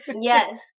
Yes